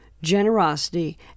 generosity